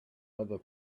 other